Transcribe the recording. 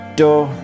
door